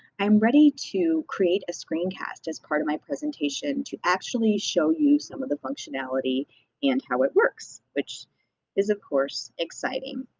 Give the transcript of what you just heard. i am ready to create a screencast as part of my presentation to actually show you some of the functionality and how it works, which is of course exciting.